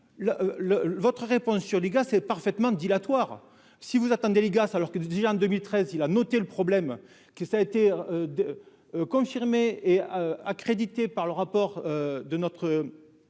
là le votre réponse sur les gars c'est parfaitement dilatoire si vous attendez l'IGAS alors que Didier en 2013, il a noté le problème que ça a été confirmé et accrédité par le rapport de notre